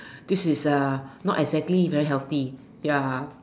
this is not exactly very healthy ya